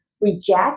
reject